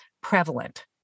prevalent